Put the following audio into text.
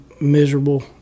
miserable